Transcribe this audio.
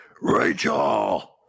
Rachel